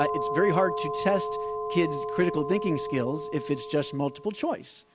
ah it's very hard to test kids' critical thinking skills if it's just multiple choice.